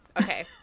Okay